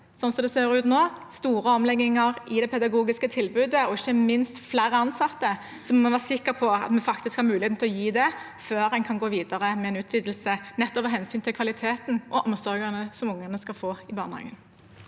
slik det ser ut nå, store omlegginger i det pedagogiske tilbudet og ikke minst flere ansatte, må vi være sikre på at vi faktisk har muligheten til å gi det, før en kan gå videre med en utvidelse, nettopp av hensyn til kvaliteten og omsorgen som ungene skal få i barnehagen.